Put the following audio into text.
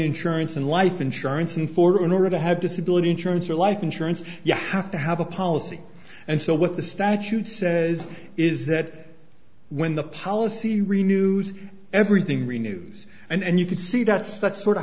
insurance and life insurance and for an order to have disability insurance or life insurance you have to have a policy and so what the statute says is that when the policy renewed everything renewed and you can see that's that's sort of